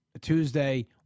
Tuesday